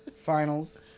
finals